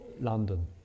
London